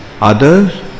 others